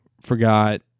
forgot